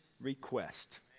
request